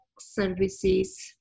services